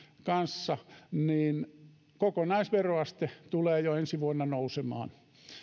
kanssa kokonaisveroaste tulee jo ensi vuonna nousemaan